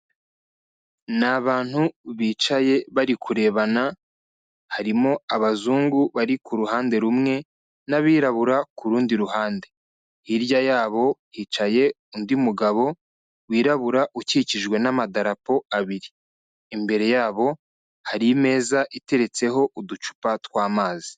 Ni abantu bicaye bari kurebana, harimo abazungu bari ku ruhande rumwe n'abirabura ku rundi ruhande. Hirya yabo, hicaye undi mugabo, wirabura ukikijwe n'amadarapo abiri. Imbere yabo, hari imeza iteretseho uducupa tw'amazi.